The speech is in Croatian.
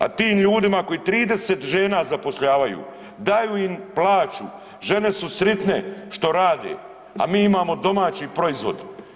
A tim ljudima koji 30 žena zapošljavaju, daju im plaću, žene su sritne što rade a mi imamo domaći proizvod.